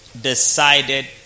decided